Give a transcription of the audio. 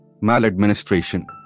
Maladministration